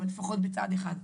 אבל לפחות בצעד אחד.